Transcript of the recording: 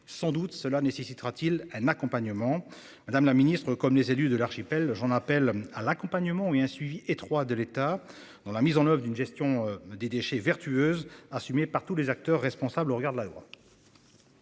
sans doute cela nécessitera-t-il un accompagnement Madame la Ministre comme les élus de l'archipel. J'en appelle à l'accompagnement et un suivi étroit de l'État dans la mise en oeuvre d'une gestion des déchets vertueuse assumée par tous les acteurs responsables au regard de la loi.